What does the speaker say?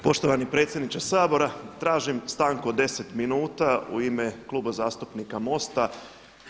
Poštovani predsjedniče Sabora tražim stanku od 10 minuta u ime Kluba zastupnika MOST-a.